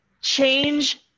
Change